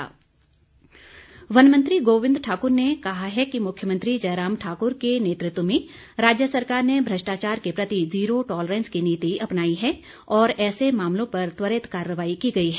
गोविंद ठाकुर वन मंत्री गोविंद ठाकुर ने कहा है कि मुख्यमंत्री जयराम ठाकुर के नेतृत्व में राज्य सरकार ने भ्रष्टाचार के प्रति जीरो टॉलरेंस की नीति अपनाई है और ऐसे मामलों पर त्वरित कार्रवाई की गई है